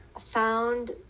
found